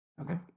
Okay